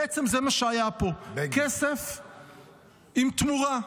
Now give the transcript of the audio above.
בעצם זה מה שהיה פה, כסף עם תמורה.